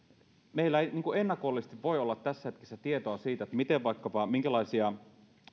meillä ei ennakollisesti voi olla tässä hetkessä tietoa siitä minkälaisia vaikkapa